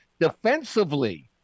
defensively